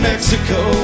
Mexico